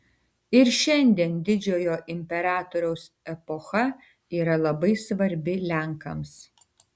ir šiandien didžiojo imperatoriaus epocha yra labai svarbi lenkams